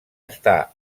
està